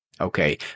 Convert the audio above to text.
Okay